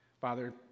Father